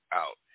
out